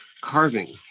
carving